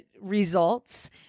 results